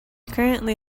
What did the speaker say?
currently